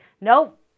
nope